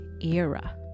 era